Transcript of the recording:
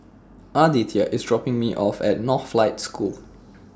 Aditya IS dropping Me off At Northlight School